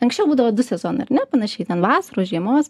anksčiau būdavo du sezonai ar ne panašiai ten vasaros žiemos